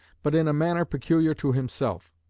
but in a manner peculiar to himself.